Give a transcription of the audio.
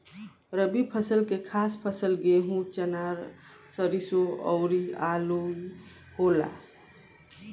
रबी फसल के खास फसल गेहूं, चना, सरिसो अउरू आलुइ होला